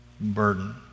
burden